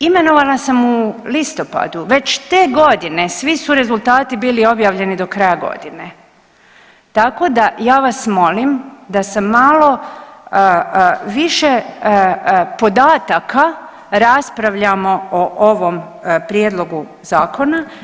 Imenovana sam u listopadu, već te godine svi su rezultati bili objavljeni do kraja godine, tako da ja vas molim da sa malo više podataka raspravljamo o ovom prijedlogu zakona.